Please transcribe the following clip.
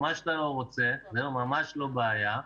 ומה שאתה לא רוצה זה ממש לא בעיה.